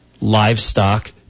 livestock